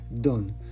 done